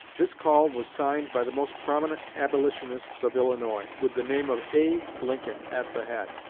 this call was signed by the most prominent abolitionists of illinois, with the name of a. lincoln at the head.